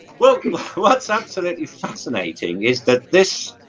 welcome what's absolutely fascinating is that this?